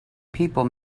people